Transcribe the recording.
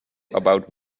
about